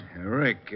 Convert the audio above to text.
Rick